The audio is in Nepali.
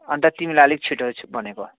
अन्त तिमीलाई अलिक छिटो भनेको